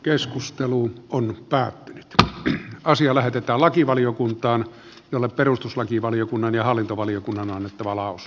keskustelu on päättynyt ja asia lähetetään lakivaliokuntaan jolle perustuslakivaliokunnan ja hallintovaliokunta on anottava laus